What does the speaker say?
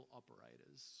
operators